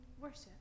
worship